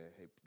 Hey